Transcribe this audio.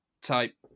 type